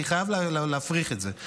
אני חייב להפריך את זה,